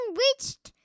reached